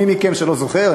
מי מכם שלא זוכר,